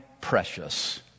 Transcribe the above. precious